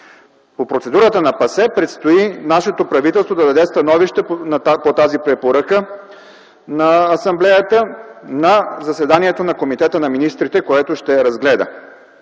По процедурата на ПАСЕ предстои нашето правителство да даде становище по тази препоръка на Асамблеята на заседанието на Комитета на министрите, който ще я разгледа.